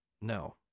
no